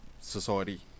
society